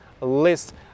list